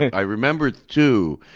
i remember, too,